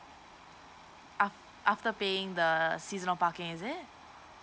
af~ after paying the seasonal parking is it